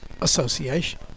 Association